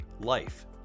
life